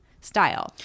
style